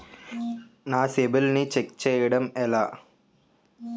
నా సిబిఐఎల్ ని ఛెక్ చేయడం ఎలా?